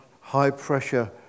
high-pressure